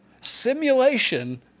simulation